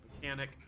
mechanic